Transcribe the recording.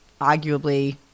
arguably